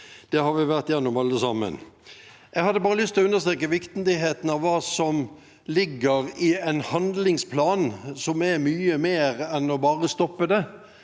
Det har vi vært gjennom alle sammen. Jeg hadde bare lyst til å understreke viktigheten av hva som ligger i en handlingsplan, som er mye mer enn bare å stoppe det